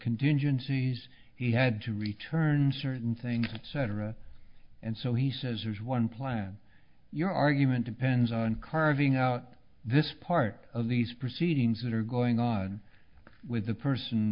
contingencies he had to return certain things cetera and so he says there's one plan your argument depends on carving out this part of these proceedings that are going on with the person